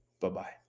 Bye-bye